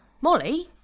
Molly